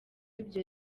ibyo